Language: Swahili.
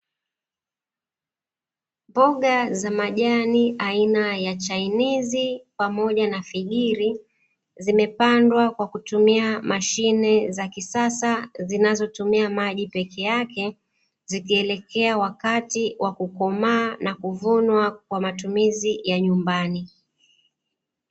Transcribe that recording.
Mboga za majani aina ya chainizi pamoja na figiri, zimepandwa kwa kutumia mashine za kisasa zinazotumia maji peke yake, zikielekea wakati wa kukomaa na kuvunwa kwa matumizi ya nyumbani.